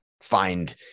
find